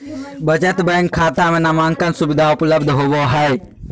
बचत बैंक खाता में नामांकन सुविधा उपलब्ध होबो हइ